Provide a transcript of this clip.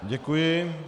Děkuji.